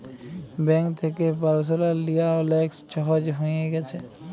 bank থ্যাকে personal লিয়া অলেক ছহজ হঁয়ে গ্যাছে